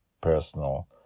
personal